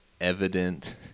evident